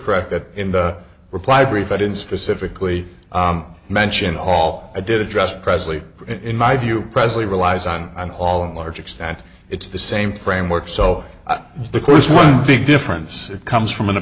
correct that in the reply brief i didn't specifically mention all i did address presently in my view presently relies on all and large extent it's the same framework so the course one big difference comes from an